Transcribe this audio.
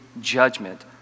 judgment